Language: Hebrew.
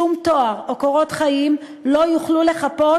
שום תואר או קורות חיים לא יוכלו לחפות